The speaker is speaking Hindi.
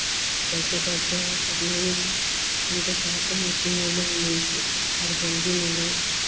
कैसे कैसे है सब नहीं है हम तो चाहते हैं कि मिलें हम उनसे और जल्दी मिलें